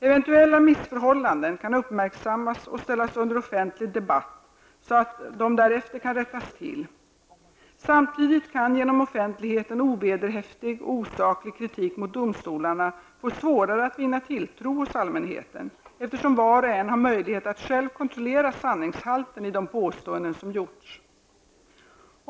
Eventuella missförhållanden kan uppmärksammas och ställas under offentlig debatt, så att de därefter kan rättas till. Samtidigt kan genom offentligheten ovederhäftig och osaklig kritik mot domstolarna få svårare att vinna tilltro hos allmänheten, eftersom var och en har möjlighet att själv kontrollera sanningshalten i de påståenden som gjorts.